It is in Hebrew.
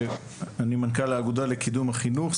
אני מנכ"ל האגודה לקידום החינוך,